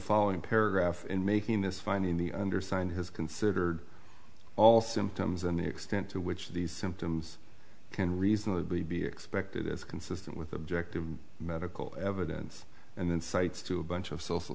following paragraph in making this finding the undersigned has considered all symptoms and the extent to which these symptoms can reasonably be expected is consistent with objective medical evidence and insights to a bunch of social